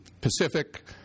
Pacific